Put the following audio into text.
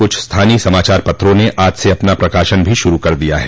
कुछ स्थानीय समाचार पत्रों ने ै आज से अपना प्रकाशन भी शुरू कर दिया है